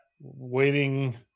Waiting